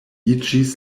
iĝis